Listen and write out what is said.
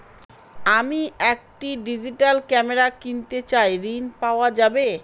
আমি একটি digital camera কিনতে চাই ঝণ পাওয়া যাবে?